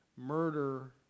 murder